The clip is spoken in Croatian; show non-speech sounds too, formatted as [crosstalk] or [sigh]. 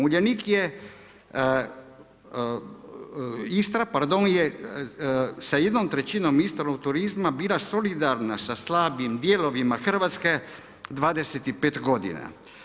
Uljanik je, Istra, pardon je, sa jednom trećinom … [unintelligible] turizma bira solidarna sa slabim dijelovima Hrvatske 25 godina.